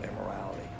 immorality